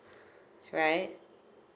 right